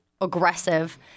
aggressive